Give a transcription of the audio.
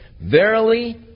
Verily